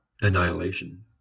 annihilation